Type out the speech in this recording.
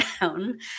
down